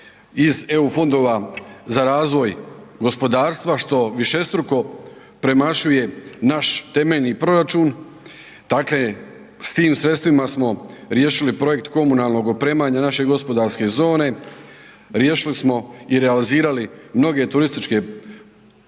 iz EU fondova za razvoj gospodarstva što višestruko premašuje naš temeljni proračun, dakle s tim sredstvima smo riješili projekt komunalnog opremanja, naše gospodarske zone, riješili smo i realizirali mnoge turističke projektiće